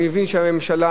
אני מבין שהממשלה,